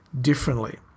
differently